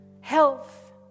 Health